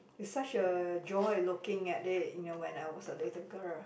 is such a joy looking at it you know when I was a little girl